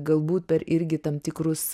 galbūt per irgi tam tikrus